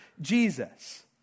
Jesus